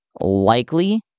likely